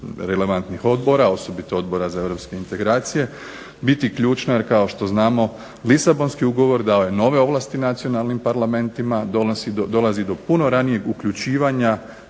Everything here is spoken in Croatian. relevantnih odbora, osobito Odbora za europske integracije biti ključna. Kao što znamo Lisabonski ugovor dao je nove ovlasti nacionalnim parlamentima, dolazi do puno ranijeg uključivanja